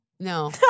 No